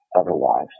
otherwise